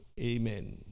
Amen